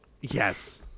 Yes